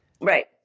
Right